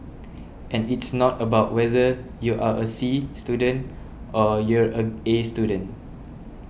and it's not about whether you are a C student or you're a A student